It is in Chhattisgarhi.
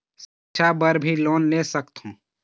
सिक्छा बर भी लोन ले सकथों?